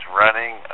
running